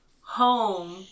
home